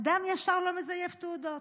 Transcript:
אדם ישר לא מזייף תעודות.